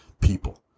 people